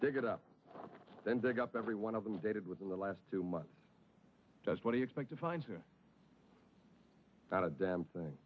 dig it up then dig up every one of them is dated within the last two months just what do you expect to find out a damn thing